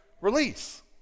release